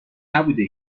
نبوده